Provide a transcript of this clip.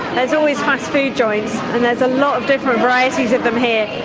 there's always fast food joints and there's a lot of different varieties of them here,